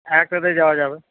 একসাথেই যাওয়া যাবে